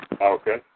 Okay